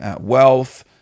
wealth